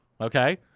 Okay